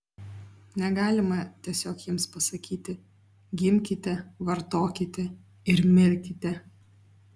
negalima tiesiog jiems pasakyti gimkite vartokite ir mirkite